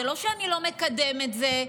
זה לא שאני לא מקדם את זה,